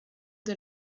the